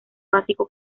básico